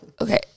Okay